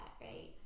right